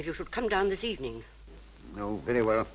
if you should come down this evening you know very well